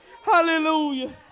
Hallelujah